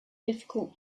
difficult